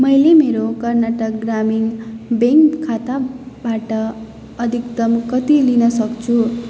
मैले मेरो कर्नाटक ग्रामीण ब्याङ्क खाताबाट अधिकतम कति लिन सक्छु